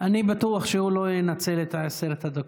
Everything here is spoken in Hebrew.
אני בטוח שהוא לא ינצל את עשר הדקות.